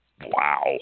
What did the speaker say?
Wow